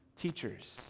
teachers